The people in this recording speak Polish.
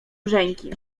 brzęki